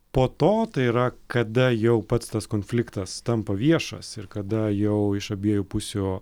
po to tai yra kada jau pats tas konfliktas tampa viešas ir kada jau iš abiejų pusių